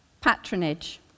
patronage